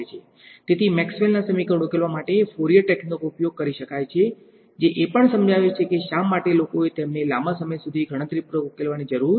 તેથી મેક્સવેલના સમીકરણો ઉકેલવા માટે ફોરિયર તકનીકોનો ઉપયોગ કરી શકાય છે જે એ પણ સમજાવે છે કે શા માટે લોકોએ તેમને લાંબા સમય સુધી ગણતરીપૂર્વક ઉકેલવાની જરૂર નથી